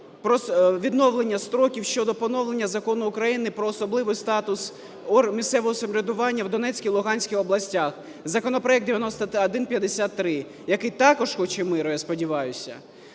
відновлення строків щодо поновлення Закону України "Про особливий статус місцевого самоврядування в Донецькій, Луганській областях", законопроект 9153, який також хоче миру, я сподіваюся.